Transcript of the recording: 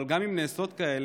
אבל גם אם נעשות כאלה,